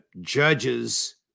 judges